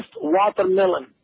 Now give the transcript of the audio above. watermelon